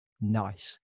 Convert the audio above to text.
nice